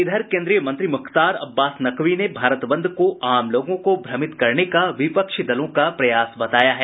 इधर केन्द्रीय मंत्री मुख्तार अब्बास नकवी ने भारत बंद को आम लोगों को भ्रमित करने का विपक्षी दलों का प्रयास बताया है